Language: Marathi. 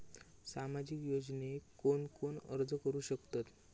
सामाजिक योजनेक कोण कोण अर्ज करू शकतत?